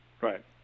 Right